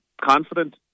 confident